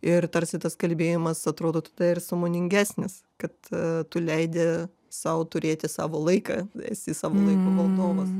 ir tarsi tas kalbėjimas atrodo tada ir sąmoningesnis kad tu leidi sau turėti savo laiką esi savo laiko valdovas